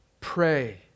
Pray